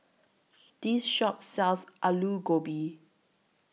This Shop sells Aloo Gobi